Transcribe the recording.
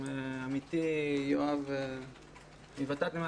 גם עמיתי יואב מ-ות"ת התייחס לכך.